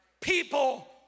People